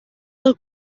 del